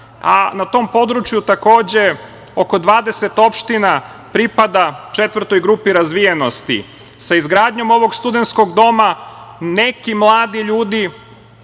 a na tom području, takođe oko 20 opština pripada četvrtoj grupi razvijenosti. Sa izgradnjom ovog studenskog doma, neki mladi ljudi